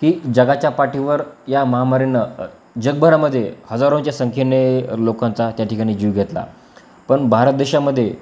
की जगाच्या पाठीवर या महामारीनं जगभरामध्ये हजारोंच्या संख्येने लोकांचा त्या ठिकाणी जीव घेतला पण भारत देशामध्ये